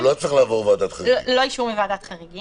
בארבעה השבועות האחרונים צריך לבצע את הבדיקה בתחנות